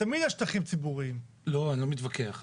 אני לא מתווכח.